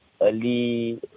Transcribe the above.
early